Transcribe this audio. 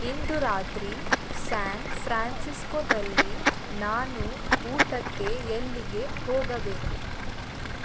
ಇಂದು ರಾತ್ರಿ ಸ್ಯಾನ್ ಫ್ರಾನ್ಸಿಸ್ಕೋದಲ್ಲಿ ನಾನು ಊಟಕ್ಕೆ ಎಲ್ಲಿಗೆ ಹೋಗಬೇಕು